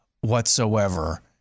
whatsoever